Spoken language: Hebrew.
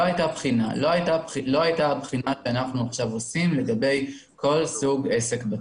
לא הייתה בחינה שאנחנו עכשיו עושים לגבי כל סוג עסק בצו.